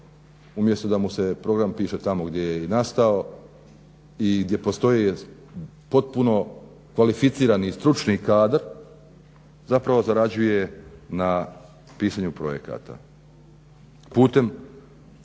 umjesto da mu se program piše tamo gdje je nastao i gdje postoje potpuno kvalificirani i stručni kadar zapravo zarađuje na pisanu projekata